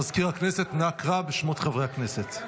מזכיר הכנסת, אנא קרא בשמות חברי הכנסת.